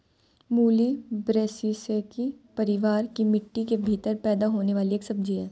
मूली ब्रैसिसेकी परिवार की मिट्टी के भीतर पैदा होने वाली एक सब्जी है